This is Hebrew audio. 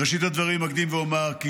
בראשית הדברים אקדים ואומר כי